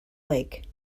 lake